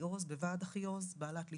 בוועד אחיעוז, בעלת לשכה,